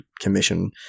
commission